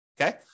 Okay